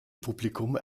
publikum